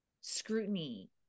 scrutiny